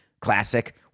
classic